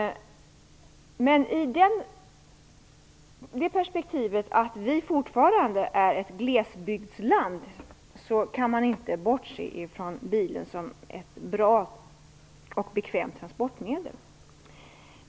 I det perspektivet att Sverige fortfarande är ett glesbygdsland kan man inte bortse från bilen som ett bra och bekvämt transportmedel.